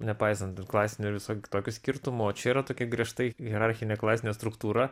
nepaisant ir klasinių ir viso tokių skirtumų o čia yra tokia griežtai hierarchinė klasinė struktūra